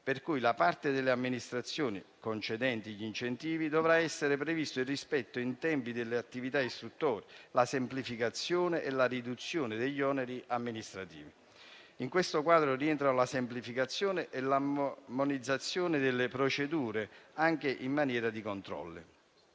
per cui da parte delle amministrazioni concedenti gli incentivi dovranno essere previsti il rispetto dei tempi delle attività istruttorie, la semplificazione e la riduzione degli oneri amministrativi. In questo quadro rientrano la semplificazione e l'armonizzazione delle procedure anche in materia di controlli.